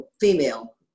female